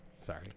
Sorry